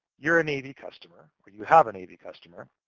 you're a navy customer, or you have a navy customer.